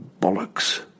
bollocks